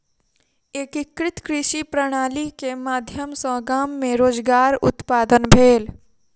एकीकृत कृषि प्रणाली के माध्यम सॅ गाम मे रोजगार उत्पादन भेल